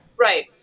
Right